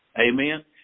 Amen